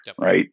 right